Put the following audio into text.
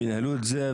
וינהלו את זה,